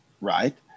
Right